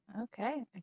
okay